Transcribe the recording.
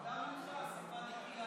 למדה ממך.